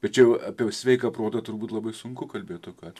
tačiau apie sveiką protą turbūt labai sunku kalbėti kad